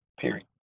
period